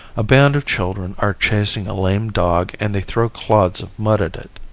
a band of children are chasing a lame dog and they throw clods of mud at it.